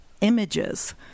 images